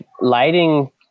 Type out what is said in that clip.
lighting